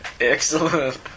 Excellent